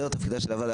זה תפקידה של הוועדה.